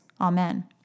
Amen